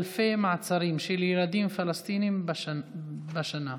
אלפי מעצרים של ילדים פלסטינים בשנה,